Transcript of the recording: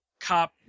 cop